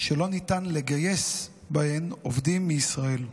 שלא ניתן לגייס בהן עובדים מישראל,